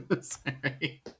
Sorry